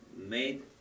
made